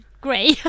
gray